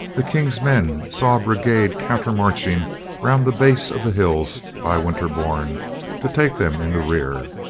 the king's men saw a brigade counter-marching round the base of the hills by winterbourn to take them in the rear.